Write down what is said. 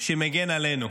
שמגן עלינו.